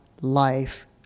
life